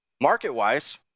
market-wise